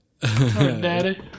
Daddy